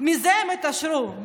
מזה הם יתעשרו,